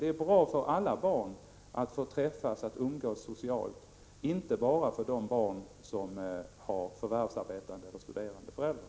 Det är bra för alla barn att få träffas och umgås socialt, det gäller inte bara de barn som har förvärvsarbetande eller studerande föräldrar.